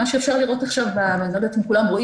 מה שאפשר לראות עכשיו ואני לא יודעת אם כולם רואים